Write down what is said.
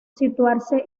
situarse